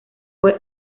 fue